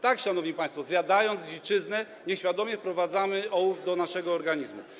Tak, szanowni państwo, zjadając dziczyznę, nieświadomie wprowadzamy ołów do naszego organizmu.